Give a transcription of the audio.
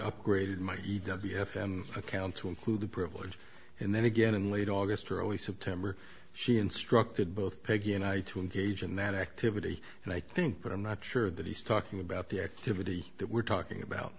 upgraded my you got the f m account to include the privilege and then again in late august early september she instructed both peggy and i to engage in that activity and i think but i'm not sure that he's talking about the activity that we're talking about